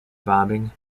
bombing